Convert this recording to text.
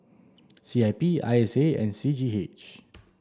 C I P I S A and C G H